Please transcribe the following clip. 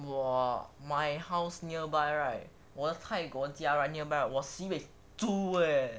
!wah! my house nearby right 我的泰国家 right nearby right 我的 sibeh 猪 leh